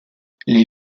les